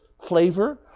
flavor